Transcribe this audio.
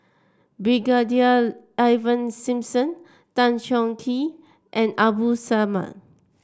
Brigadier Ivan Simson Tan Chong Tee and Abdul Samad